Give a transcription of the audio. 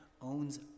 owns